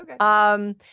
Okay